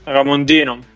Ramondino